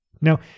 Now